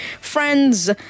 friends